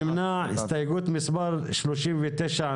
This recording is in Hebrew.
לטלפון), התשפ"ב 2021, פ/2312/24 כ/875.